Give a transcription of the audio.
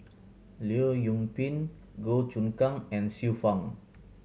Leong Yoon Pin Goh Choon Kang and Xiu Fang